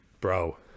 bro